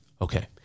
Okay